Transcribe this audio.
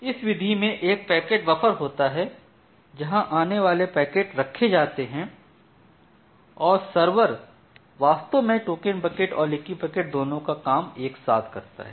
इस विधि में एक पैकेट बफर होता है जहां आने वाले पैकेट रखे जाते हैं और यह सर्वर वास्तव में टोकन बकेट और लीकी बकेट दोनों का काम एक साथ करता है